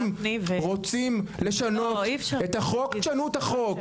רוצים לשנות את החוק תשנו את החוק.